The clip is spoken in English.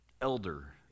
elder